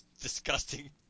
disgusting